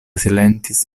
silentis